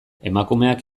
emakumeak